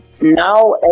Now